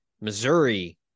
Missouri